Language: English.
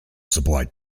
supplied